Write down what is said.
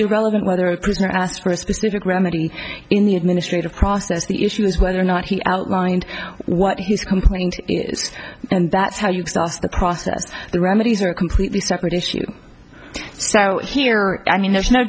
the relevant whether a prisoner asked for a specific remedy in the administrative process the issue is whether or not he outlined what he's complaining to and that's how you start the process remedies are a completely separate issue so here i mean there's no